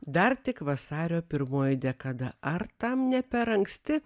dar tik vasario pirmoji dekada ar tam ne per anksti